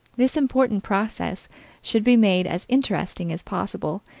this important process should be made as interesting as possible,